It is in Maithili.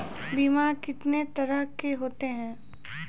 बीमा कितने तरह के होते हैं?